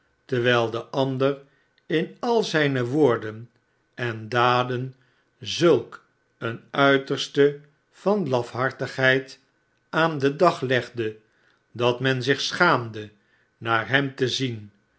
terwijl de ander m al zijne woorden en daden zulk een uiterste van lafhartigheid aan den dag legde dat men zich schaamde naar hem te zien